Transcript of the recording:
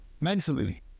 mentally